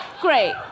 Great